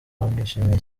bamwishimiye